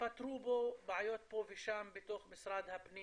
פתרו בעיות פה ושם בתוך משרד הפנים